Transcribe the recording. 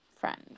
friend